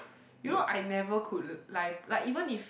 you know I never could l~ lie like even if